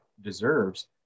deserves